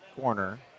corner